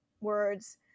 words